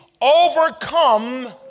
overcome